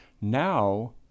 now